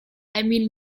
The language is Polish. emil